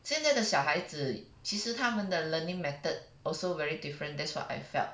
现在的小孩子其实他们的 learning method also very different that's what I felt